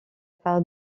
par